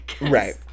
Right